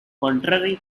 contrary